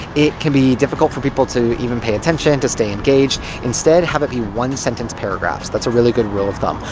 it can be difficult for people to even pay attention, to stay engaged. instead, have it be one-sentence paragraphs. that's a really good rule of thumb,